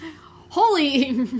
Holy